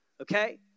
Okay